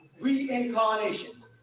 reincarnation